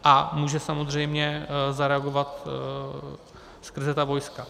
A může samozřejmě zareagovat skrze ta vojska.